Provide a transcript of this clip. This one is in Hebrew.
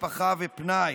משפחה ופנאי.